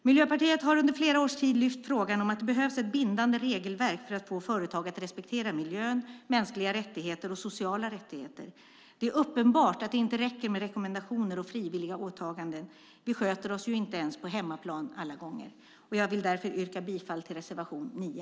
Miljöpartiet har under flera års tid lyft upp frågan om ett bindande regelverk för att få företag att respektera miljö samt mänskliga och sociala rättigheter. Det är uppenbart att det inte räcker med rekommendationer och frivilliga åtaganden. Vi sköter oss ju inte ens på hemmaplan alla gånger. Jag vill därför yrka bifall till reservation 9.